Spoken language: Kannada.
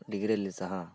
ಡಿಗ್ರಿಯಲ್ಲಿ ಸಹ